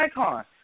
icon